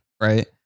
right